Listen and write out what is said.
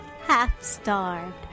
half-starved